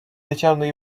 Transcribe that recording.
тетяно